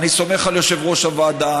אני סומך על יושב-ראש הוועדה,